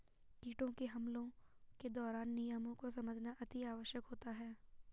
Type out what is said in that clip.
कीटों के हमलों के दौरान नियमों को समझना अति आवश्यक होता है